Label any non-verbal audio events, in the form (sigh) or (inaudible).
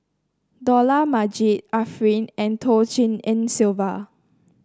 Dollah Majid Arifin and (unintelligible) Tshin En Sylvia